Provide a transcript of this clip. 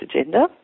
agenda